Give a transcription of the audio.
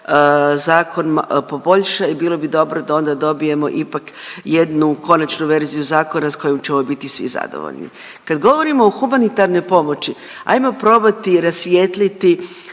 zakon poboljša i bilo bi dobro da ona dobijemo ipak jednu konačnu verziju zakona s kojom ćemo biti svi zadovoljni. Kad govorimo o humanitarnoj pomoći ajmo probati rasvijetliti